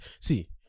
see